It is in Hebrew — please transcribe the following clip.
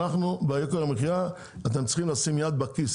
ביוקר המחיה אתם צריכים לשים יד לכיס,